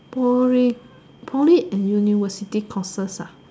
Poly Poly and university courses ah